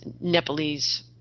Nepalese